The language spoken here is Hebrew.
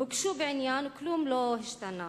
הוגשו בעניין וכלום לא השתנה.